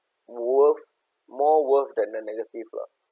worth more worth than the negative lah